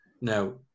Now